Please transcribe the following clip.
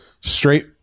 straight